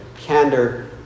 candor